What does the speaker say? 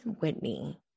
Whitney